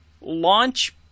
launch